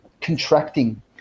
contracting